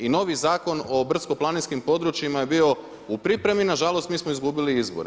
I novi Zakon o brdsko-planinskim područjima je bio u pripremi, nažalost mi smo izgubili izbore.